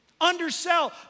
undersell